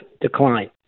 decline